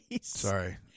Sorry